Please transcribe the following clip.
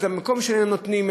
את המקום הם נותנים,